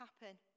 happen